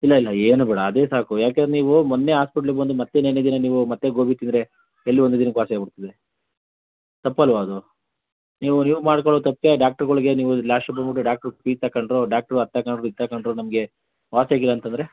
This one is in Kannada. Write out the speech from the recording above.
ಇಲ್ಲ ಇಲ್ಲ ಏನು ಬೇಡ ಅದೇ ಸಾಕು ಯಾಕಂದ್ರೆ ನೀವು ಮೊನ್ನೆ ಆಸ್ಪಿಟಲಿಗೆ ಬಂದು ಮತ್ತೆ ನೆನ್ನೆ ದಿನ ನೀವು ಮತ್ತೆ ಗೋಬಿ ತಿಂದರೆ ಎಲ್ಲಿ ಒಂದು ದಿನಕ್ಕೆ ವಾಸಿ ಆಗ್ಬಿಡ್ತದೆ ತಪ್ಪಲ್ಲವಾ ಅದು ನೀವು ನೀವು ಮಾಡಿಕೊಳೋ ತಪ್ಪಿಗೆ ಡಾಕ್ಟ್ರ್ಗಳ್ಗೆ ನೀವು ಲಾಸ್ಟಿಗೆ ಬಂದ್ಬುಟ್ಟು ಡಾಕ್ಟ್ರು ಫೀಸ್ ತಗೊಂಡ್ರು ಡಾಕ್ಟ್ರು ಅದು ತಗಂಡ್ರು ಇದು ತಗಂಡ್ರು ನಮಗೆ ವಾಸಿ ಆಗಿಲ್ಲ ಅಂತಂದರೆ